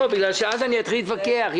בגלל שאז אני אתחיל להתווכח.